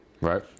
Right